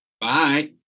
Bye